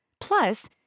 Plus